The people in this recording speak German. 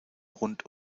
rund